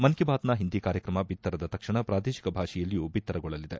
ಮನ್ ಕಿ ಬಾತ್ನ ಹಿಂದಿ ಕಾರ್ಯಕ್ರಮ ಬಿತ್ತರದ ತಕ್ಷಣ ಪ್ರಾದೇಶಿಕ ಭಾಷೆಯಲ್ಲಿ ಬಿತ್ತರಗೊಳ್ಳಲಿದೆ